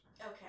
Okay